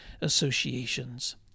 Associations